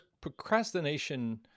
procrastination